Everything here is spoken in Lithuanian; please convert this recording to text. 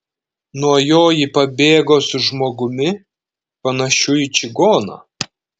nuo jo ji pabėgo su žmogumi panašiu į čigoną